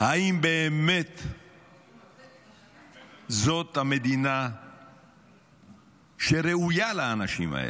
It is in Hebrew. אם באמת זאת המדינה שראויה לאנשים האלה.